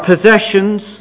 possessions